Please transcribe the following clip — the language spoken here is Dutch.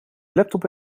laptop